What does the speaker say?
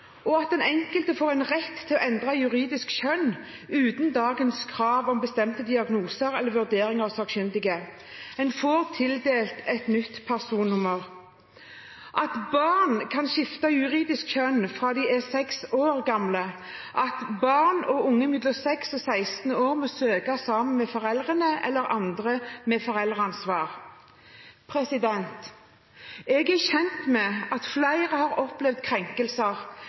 og at den enkelte får rett til å endre juridisk kjønn uten dagens krav om bestemte diagnoser eller vurdering av sakkyndige. En får tildelt et nytt personnummer, barn kan skifte juridisk kjønn fra de er 6 år gamle, barn og unge mellom 6 og 16 år må søke sammen med foreldrene eller andre med foreldreansvar. Jeg er kjent med at flere har opplevd krenkelser